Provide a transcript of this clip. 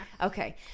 Okay